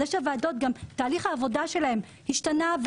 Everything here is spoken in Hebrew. זה שהוועדות גם תהליך העבודה שלהן השתנה,